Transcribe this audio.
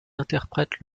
interprète